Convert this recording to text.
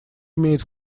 имеет